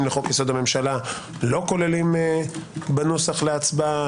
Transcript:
לחוק יסוד: הממשלה אנו לא כוללים בנוסח להצבעה.